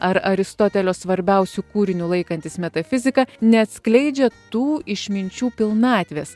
ar aristotelio svarbiausiu kūriniu laikantys metafiziką neatskleidžia tų išminčių pilnatvės